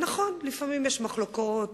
נכון, לפעמים יש מחלוקות,